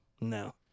No